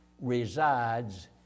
resides